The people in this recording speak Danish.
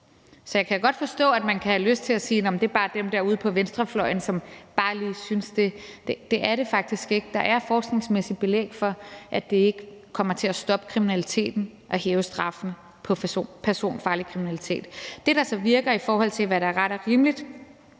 Så jeg kan godt forstå, at man kan have lyst til at sige, at det bare er dem derude på venstrefløjen, som lige synes det, men det er det faktisk ikke. Der er forskningsmæssigt belæg for, at det ikke kommer til at stoppe kriminaliteten at hæve straffene for personfarlig kriminalitet. Det, der så virker, er, i forhold til hvad der er ret og rimeligt,